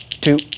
two